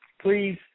please